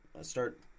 start